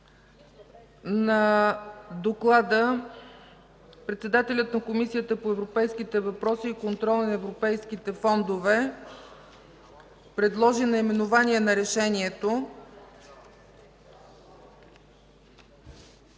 на доклада председателят на Комисията по европейските въпроси и контрол на европейските фондове предложи наименование на решението